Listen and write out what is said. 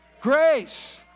Grace